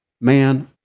man